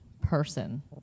person